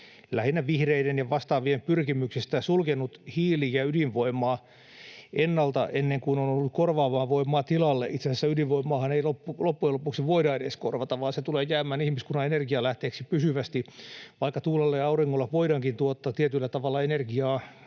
lähinnä vihreiden ja vastaavien pyrkimyksestä sulkenut hiili- ja ydinvoimaa ennalta, ennen kuin on ollut korvaavaa voimaa tilalle. Itse asiassa ydinvoimaahan ei loppujen lopuksi voida edes korvata, vaan se tulee jäämään ihmiskunnan energianlähteeksi pysyvästi. Vaikka tuulella ja auringolla voidaankin tuottaa tietyllä tavalla energiaa